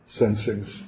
sensings